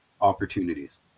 opportunities